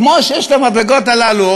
כמו שיש מדרגות כאלה,